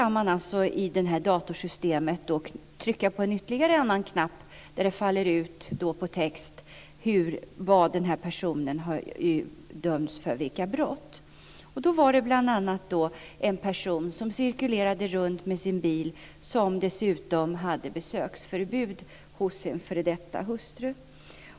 Man kan då trycka på ytterligare en knapp på datorn för att se vilka brott personen har dömts för. Då var det en person som cirkulerade runt med sin bil och som hade besöksförbud hos sin f.d. hustru.